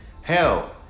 Hell